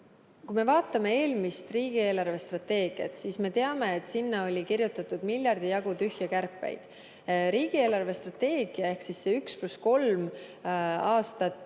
Kui me vaatame eelmist riigi eelarvestrateegiat, siis me näeme, et sinna oli kirjutatud miljardi jagu tühje kärpeid. Riigi eelarvestrateegia ehk see 1 + 3 aastat